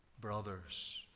brothers